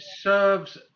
serves